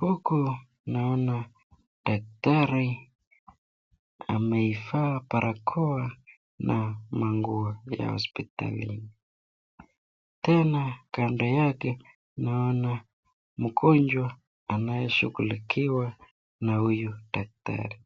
Huku naona daktari amaifaa barakoa na manguo ya hospitalini , tena kando ya naona mgonjwa anayeshughulikiwa na huyu daktari,